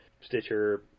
Stitcher